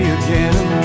again